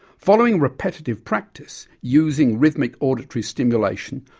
following repetitive practice, using rhythmic auditory stimulation,